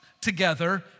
together